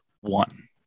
one